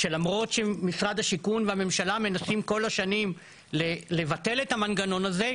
שלמרות שמשרד השיכון והממשלה מנסים כל השנים לבטל את המנגנון הזה,